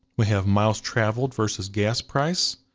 we have miles traveled vs. gas price,